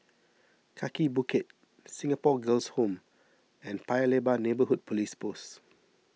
Kaki Bukit Singapore Girls' Home and Paya Lebar Neighbourhood Police Post